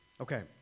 Okay